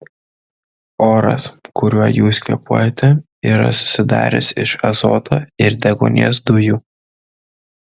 oras kuriuo jūs kvėpuojate yra susidaręs iš azoto ir deguonies dujų